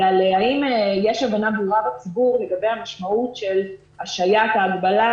זה האם יש הבנה ברורה בציבור לגבי המשמעות של השהיית ההגבלה,